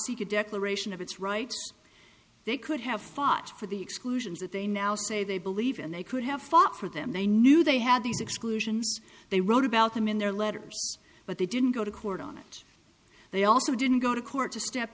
seek a declaration of its right they could have fought for the exclusions that they now say they believe and they could have fought for them they knew they had these exclusions they wrote about them in their letters but they didn't go to court on it they also didn't go to court to step